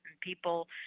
people